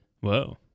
Whoa